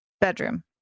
bedroom